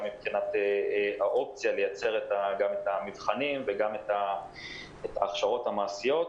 גם מבחינת האופציה לייצר גם את המבחנים וגם את ההכשרות המעשיות.